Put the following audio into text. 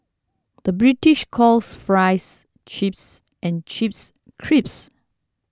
the British calls Fries Chips and Chips Crisps